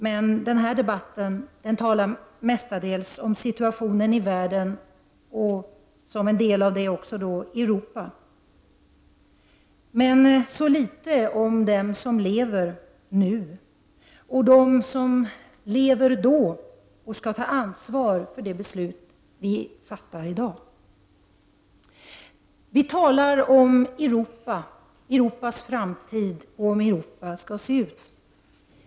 Men den här debatten handlar mestadels om situationen i världen och, som en del av den, situationen i Europa men så litet om dem som lever nu och som lever i framtiden och skall ta ansvar för de beslut som vi fattar i dag. Vi talar om Europas framtid och om hur Europa skall se ut.